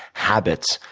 habits,